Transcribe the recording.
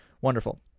wonderful